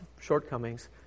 shortcomings